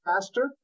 faster